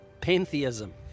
pantheism